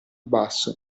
basso